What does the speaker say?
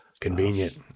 Convenient